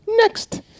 next